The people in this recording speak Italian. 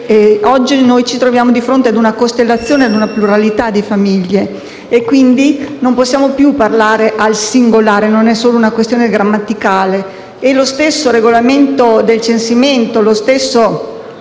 Oggi noi ci troviamo di fronte a una costellazione e a una pluralità di famiglie. Quindi, non possiamo più parlare al singolare. Non è solo una questione grammaticale. Lo stesso regolamento del censimento, il